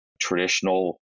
traditional